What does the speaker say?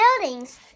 Buildings